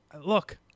look